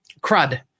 CRUD